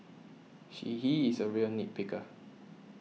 she he is a real nit picker